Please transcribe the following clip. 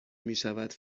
میشود